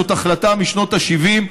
זאת החלטה משנות ה-70,